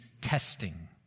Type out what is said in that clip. testing